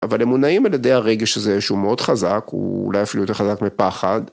אבל הם מונעים על ידי הרגש הזה, שהוא מאוד חזק, הוא אולי אפילו יותר חזק מפחד.